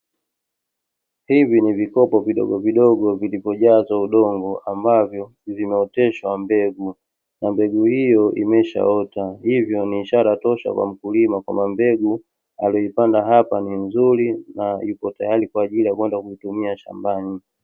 Hivi ni vikopo vidogovidogo vilivyojazwa udongo, ambavyo vimeoteshwa mbegu na mbegu hio imeshaota. Hivyo ni ishara tosha kwa mkulima kwamba mbegu aliyoipanda hapa ni nzuri na ipo tayari kwa ajili ya kwenda kuitumia shambani.